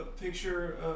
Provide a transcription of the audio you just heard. picture